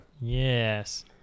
Yes